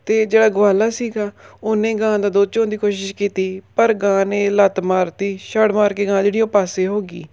ਅਤੇ ਜਿਹੜਾ ਗਵਾਲਾ ਸੀਗਾ ਉਹਨੇ ਗਾਂ ਦਾ ਦੁੱਧ ਚੋਣ ਦੀ ਕੋਸ਼ਿਸ਼ ਕੀਤੀ ਪਰ ਗਾਂ ਨੇ ਲੱਤ ਮਾਰਤੀ ਛੜ ਮਾਰ ਕੇ ਗਾਂ ਜਿਹੜੀ ਉਹ ਪਾਸੇ ਹੋ ਗਈ